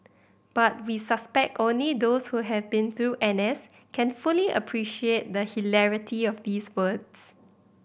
but we suspect only those who have been through N S can fully appreciate the hilarity of these words